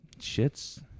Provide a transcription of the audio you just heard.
shit's